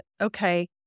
okay